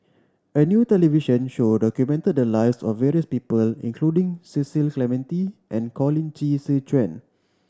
a new television show documented the lives of various people including Cecil Clementi and Colin Qi Zhe Quan